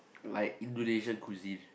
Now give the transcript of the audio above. like Indonesian cuisine